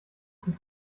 gibt